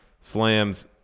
slams